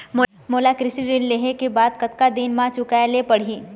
मोला कृषि ऋण लेहे के बाद कतका दिन मा चुकाए ले पड़ही?